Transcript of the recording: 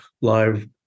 live